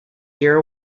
year